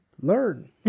learn